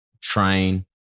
train